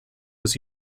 was